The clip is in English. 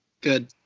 Good